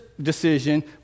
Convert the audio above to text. decision